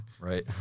Right